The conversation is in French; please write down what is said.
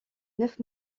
neuf